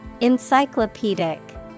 encyclopedic